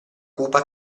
cupa